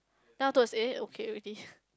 then afterwards eh okay already